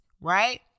right